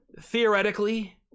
Theoretically